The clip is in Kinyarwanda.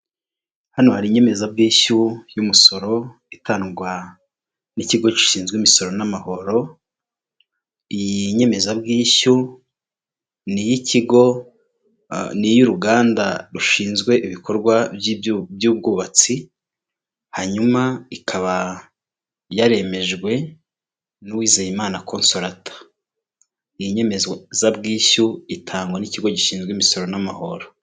Hano hari inyemezabwishyu y'umusoro itangwa n'ikigo gishinzwe imisoro n'amahoro, iyi nyemezabwishyu n'iy'ikigo n'iy'uruganda rushinzwe ibikorwa by'ubwubatsi, hanyuma ikaba yaremejwe n'uwizeyimana consolata nyebwishyu itangwa n'ikigo gishinzwe imisoro n'amahoro.